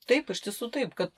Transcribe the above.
taip iš tiesų taip kad